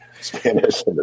Spanish